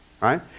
right